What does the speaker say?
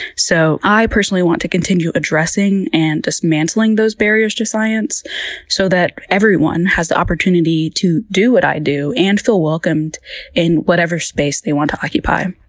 so, i personally want to continue addressing and dismantling those barriers to science so that everyone has the opportunity to do what i do and feel welcomed in whatever space they want to occupy.